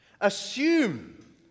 assume